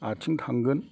आथिं थांगोन